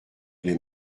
les